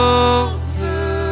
over